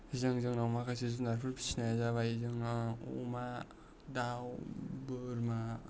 जों जोंनाव माखासे जुनारफोर फिसिनाया जाबाय जोङो अमा दाउ बोरमा